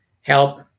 help